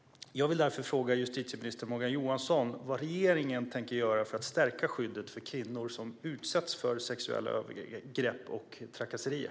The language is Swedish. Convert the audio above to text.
Jag vill därför fråga justitieminister Morgan Johansson vad regeringen tänker göra för att stärka skyddet för kvinnor som utsätts för sexuella övergrepp och trakasserier.